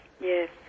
Yes